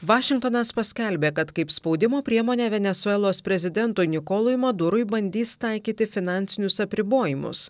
vašingtonas paskelbė kad kaip spaudimo priemonę venesuelos prezidentui nikolui madurui bandys taikyti finansinius apribojimus